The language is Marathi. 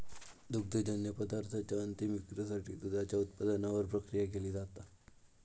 दुग्धजन्य पदार्थांच्या अंतीम विक्रीसाठी दुधाच्या उत्पादनावर प्रक्रिया केली जाता